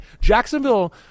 Jacksonville